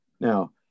Now